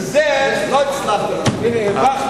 אבל בזה לא הצלחת להסביר.